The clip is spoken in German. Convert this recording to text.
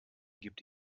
gibt